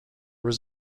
was